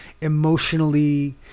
emotionally